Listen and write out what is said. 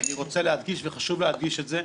אני רוצה להדגיש וחשוב להדגיש את זה,